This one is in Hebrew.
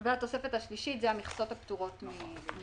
והתוספת השלישית זה המכסות הפטורות מ...